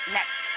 Next